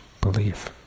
belief